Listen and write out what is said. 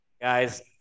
Guys